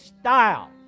style